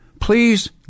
Please